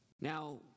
Now